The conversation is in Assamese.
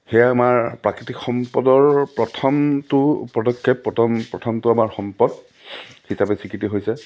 সেয়াই আমাৰ প্ৰাকৃতিক সম্পদৰ প্ৰথমটো পদক্ষেপ প্ৰথম প্ৰথমটো আমাৰ সম্পদ হিচাপে স্বীকৃতি হৈছে